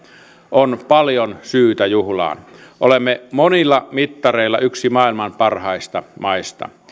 on paljon syytä juhlaan olemme monilla mittareilla yksi maailman parhaista maista